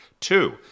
Two